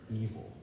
evil